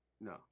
No